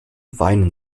weinen